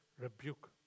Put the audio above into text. rebuke